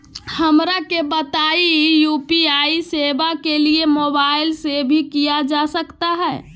हमरा के बताइए यू.पी.आई सेवा के लिए मोबाइल से भी किया जा सकता है?